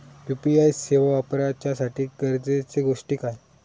UPI सेवा वापराच्यासाठी गरजेचे गोष्टी काय?